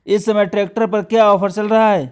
इस समय ट्रैक्टर पर क्या ऑफर चल रहा है?